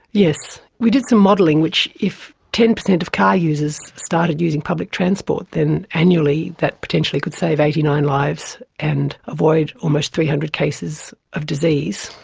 yes, we did some modelling, which if ten percent of car users started using public transport, then annually that potentially could save eighty nine lives and avoid almost three hundred cases of disease,